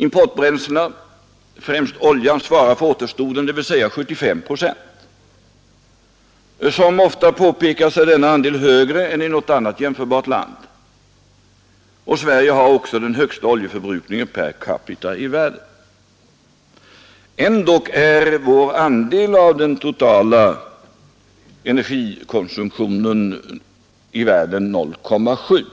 Importbränslena, främst oljan, svarar för återstoden, dvs. 75 procent. Som ofta påpekats är denna andel högre än i något annat jämförbart land, och Sverige har också den högsta oljeförbrukningen per capita i världen. Ändå är vår andel av den totala energikonsumtionen i världen 0,7